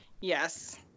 Yes